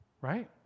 Right